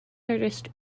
artist